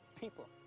People